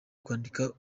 kwandika